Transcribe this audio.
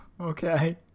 okay